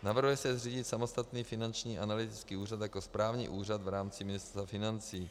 Navrhuje se zřídit samostatný Finanční analytický úřad jako správní úřad v rámci Ministerstva financí.